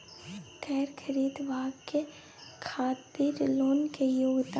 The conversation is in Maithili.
कैर खरीदवाक खातिर लोन के योग्यता?